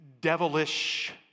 devilish